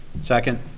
second